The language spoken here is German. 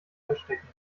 anstecken